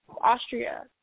austria